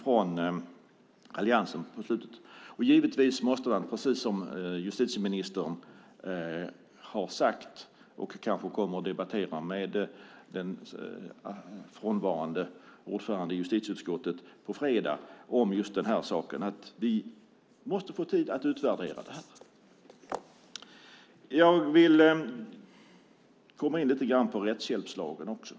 Givetvis måste vi få tid att utvärdera detta, precis som justitieministern har sagt. Kanske kommer hon att debattera just den här saken på fredag med den i dag frånvarande ordföranden i justitieutskottet. Jag vill komma in på rättshjälpslagen också.